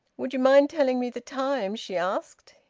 would you mind telling me the time? she asked.